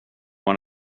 one